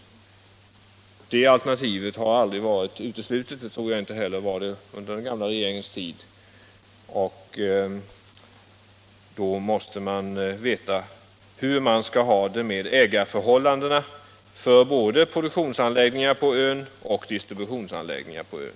Det alternativet har Måndagen den aldrig varit uteslutet, inte heller, tror jag, under den gamla regeringens 23 maj 1977 tid. Skall skattemedel användas måste man veta hur man skall ha det SE med ägarförhållandena när det gäller både produktionsanläggningar och — Om elförsörjningen distributionsanläggningar på ön.